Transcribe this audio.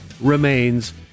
remains